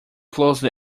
closely